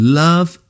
love